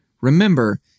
Remember